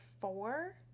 four